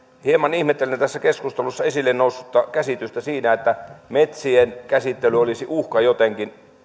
hieman ihmettelen tässä keskustelussa esille noussutta käsitystä siitä että metsien käsittely olisi jotenkin